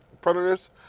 predators